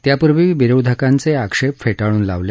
त्यापूर्वी विरोधकांचे आक्षेप फेटाळून लावले